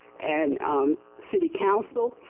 and city council,